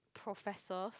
professors